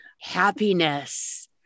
happiness